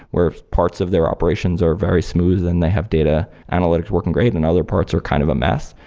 where parts of their operations are very smooth and they have data analytics working great and other parts are kind of a mess,